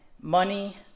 money